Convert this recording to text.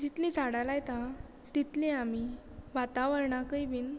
जितली झाडां लायता तितली आमी वातावरणाकय बीन